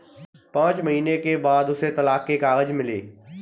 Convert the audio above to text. पांच महीने के बाद उसे तलाक के कागज मिले